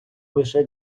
лише